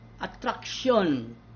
attraction